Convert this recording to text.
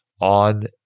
on